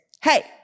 hey